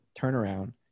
turnaround